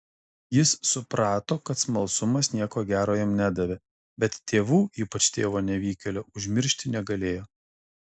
jis suprato kad smalsumas nieko gero jam nedavė bet tėvų ypač tėvo nevykėlio užmiršti negalėjo